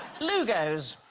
lugos